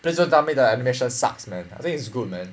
please don't tell me that the animation sucks man I think it's good man